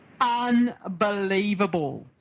Unbelievable